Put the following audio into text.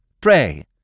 pray